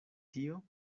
tio